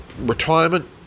retirement